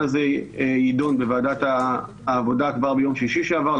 הזה יידון בוועדת העבודה כבר ביום שישי שעבר,